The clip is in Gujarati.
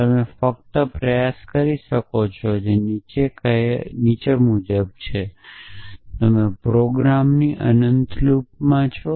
તમે ફક્ત પ્રયાસ કરી શકો છો જે નીચે આવીને એમ કહે છે કે તમે પ્રોગ્રામની અનંત લૂપમાં છો